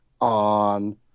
on